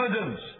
evidence